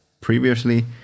previously